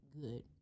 good